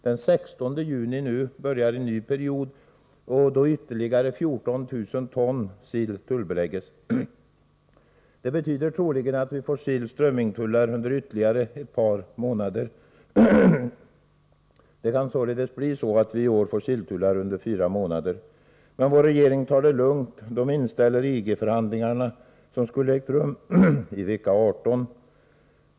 Den 16 juni i år börjar en ny period, då ytterligare 14 000 ton sill tullbeläggs. Det betyder troligen att vi får tull på sill och strömming under ytterligare ett par månader. Det kan således bli så att vi i år får silltullar under fyra månader. Men vår regering tar det lugnt. Den inställer de EG-förhandlingar som skulle ha ägt rum vecka 18.